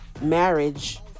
marriage